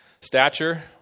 stature